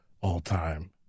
all-time